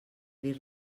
dir